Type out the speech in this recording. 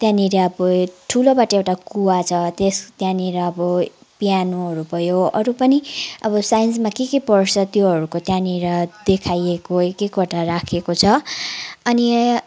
त्यहाँनिर अब ठुलो बटे एउटा कुवा छ त्यस त्यहाँनिर अब पियानोहरू भयो अरू पनि अब साइन्समा के के पढ्छ त्योहरूको त्यहाँनिर देखाइएको एक एकवटा राखिएको छ अनि